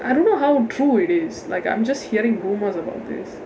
I don't know how true it is like I'm just hearing rumors about this